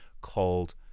called